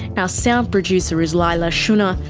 and sound producer is leila shunnar,